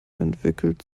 entwickelt